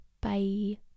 Bye